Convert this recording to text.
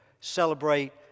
celebrate